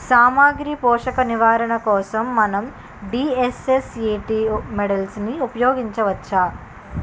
సామాగ్రి పోషక నిర్వహణ కోసం మనం డి.ఎస్.ఎస్.ఎ.టీ మోడల్ని ఉపయోగించవచ్చా?